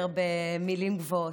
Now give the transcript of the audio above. במילים גבוהות.